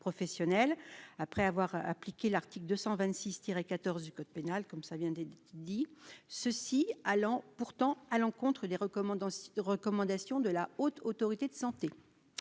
professionnel après avoir appliqué l'article 226 tiré 14 du code pénal comme ça vient d'être dit ceci allant pourtant à l'encontre des recommandant de recommandations de la Haute autorité de santé